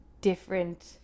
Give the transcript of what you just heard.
different